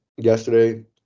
Yesterday